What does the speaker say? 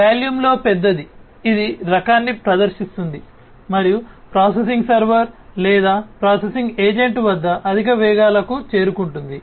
వాల్యూమ్లో పెద్దది ఇది రకాన్ని ప్రదర్శిస్తుంది మరియు ప్రాసెసింగ్ సర్వర్ లేదా ప్రాసెసింగ్ ఏజెంట్ వద్ద అధిక వేగాలకు చేరుకుంటుంది